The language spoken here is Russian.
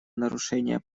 нарушения